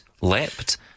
leapt